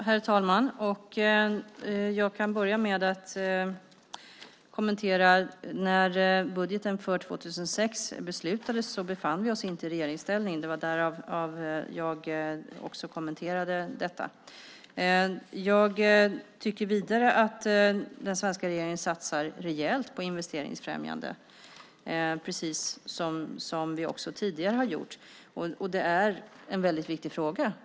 Herr talman! Jag kan börja med att säga att vi, när budgeten för 2006 beslutades, inte befann oss i regeringsställning. Det var därför jag kommenterade detta. Jag tycker vidare att den svenska regeringen satsar rejält på investeringsfrämjande, precis som vi också tidigare har gjort. Det är en väldigt viktig fråga.